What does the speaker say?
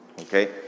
Okay